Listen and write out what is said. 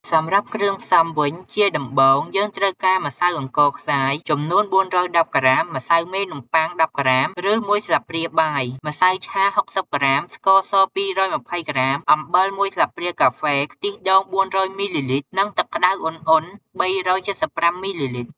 សម្រាប់់គ្រឿងផ្សំវិញ ជាដំបូង យើងត្រូវការម្សៅអង្ករខ្សាយចំនួន ៤១០ក្រាម ម្សៅមេនំបុ័ង ១០ក្រាម ឬ មួយស្លាបព្រាបាយ ម្សៅឆា ៦០ក្រាម ស្ករស ២២០ក្រាម អំបិល មួយស្លាបព្រាកាហ្វេ ខ្ទិះដូង ៤០០មីលីលីត្រ និងទឹកក្ដៅឧណ្ហៗ ៣៧៥ មីលីលីត្រ។